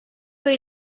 per